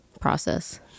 process